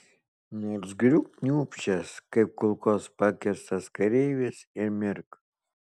nors griūk kniūbsčias kaip kulkos pakirstas kareivis ir mirk